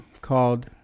called